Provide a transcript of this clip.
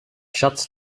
shuts